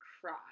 cry